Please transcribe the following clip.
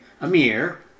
Amir